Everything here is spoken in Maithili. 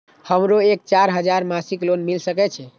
हमरो के चार हजार मासिक लोन मिल सके छे?